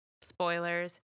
spoilers